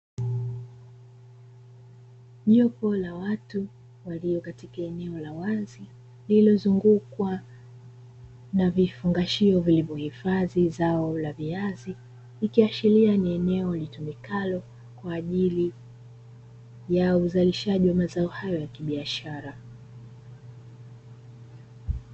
Jopo la watu walio katika eneo la wazi limezungukwa na vifungashio vilivyohifadhi zao la viazi, likiashiria ni eneo litumikalo kwa ajili ya uzalishaji wa mazao hilo hayo ya kibiashara.